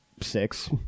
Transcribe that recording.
six